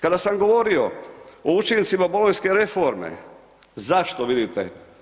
Kada sam govorio o učincima bolonjske reforme, zašto vidite?